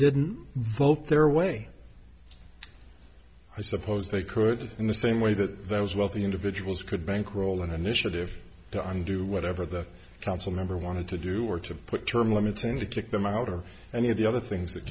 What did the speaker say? didn't vote their way i suppose they could in the same way that those wealthy individuals could bankroll an initiative to undo whatever the council member wanted to do or to put term limits in to kick them out or any of the other things that